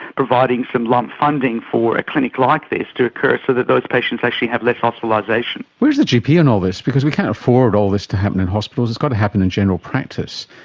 providing some lump funding for a clinic like this to occur so that those patients actually have less hospitalisation. where is the gp in all this, because we can't afford all this to happen in hospitals, it's got to happen in general practice,